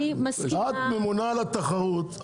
את הממונה על התחרות.